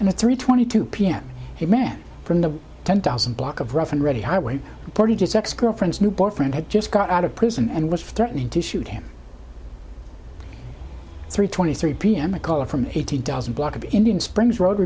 and at three twenty two p m the man from the ten thousand block of rough and ready highway forty just ex girlfriends new boyfriend had just got out of prison and was threatening to shoot him three twenty three pm a caller from eighteen thousand block of indian springs road